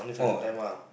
oh